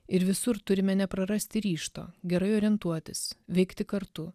ir visur turime neprarasti ryžto gerai orientuotis veikti kartu